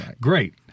Great